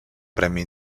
premi